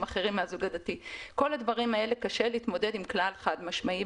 אחרים מן הזוג הדתי בכל הדברים האלה קשה להתמודד עם כלל חד-משמעי.